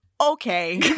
okay